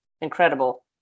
incredible